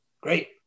Great